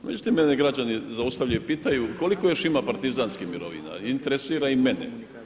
Međutim, mene građani zaustavljaju i pitaju koliko još ima partizanskih mirovina, interesira i mene.